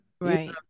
right